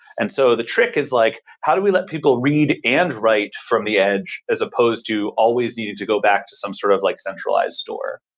and so the trick is like how do we let people read and write from the edge as supposed to always needing to go back to some sort of like centralized store?